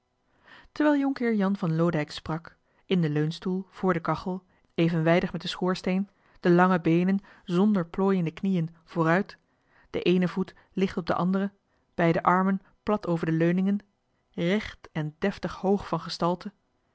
terwijl jhr jan van loodijck sprak in den leunstoel vr de kachel evenwijdig met den schoorsteen de lange beenen zonder plooi in de knieën vooruit den eenen voet licht op den anderen beide armen plat over de leuningen recht en deftig hoog van gestalte